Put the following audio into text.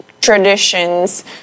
traditions